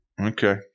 Okay